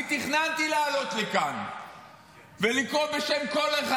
אני תכננתי לעלות לכאן ולקרוא בשם כל אחד